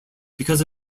because